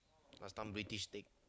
last time British take